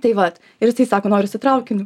tai vat ir jisai sako noriu su traukiniu